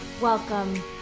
Welcome